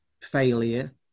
failure